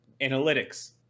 Analytics